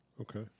Okay